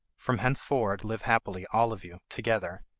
from henceforward live happily, all of you, together,